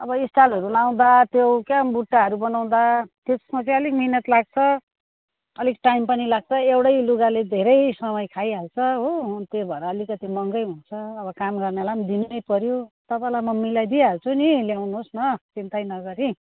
अब स्टाइलहरू लगउँदा त्यो के हो बुट्टाहरू बनाउँदा त्यसमा चाहिँ अलिक मेहनत लाग्छ अलिक टाइम पनि लाग्छ एउटै लुगाले धेरै समय खाइहाल्छ हो त्यही भएर अलिकति महँगो हुन्छ अब काम गर्नेलाई दिन पऱ्यो तपाईँलाई म मिलाई दिइहाल्छु नि ल्याउनु होस् न चिन्ता न गरी